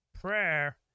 prayer